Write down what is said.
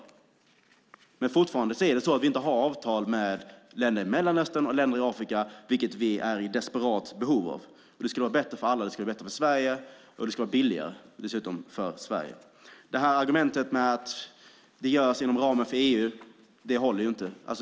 Fortfarande finns det inte avtal med länder i Mellanöstern och Afrika, vilket Sverige är i desperat behov. Det skulle vara bättre för alla, för Sverige, och det skulle dessutom vara billigare för Sverige. Argumentet att dessa frågor hanteras inom ramen för EU håller inte.